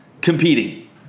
competing